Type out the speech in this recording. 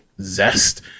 zest